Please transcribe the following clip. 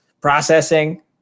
processing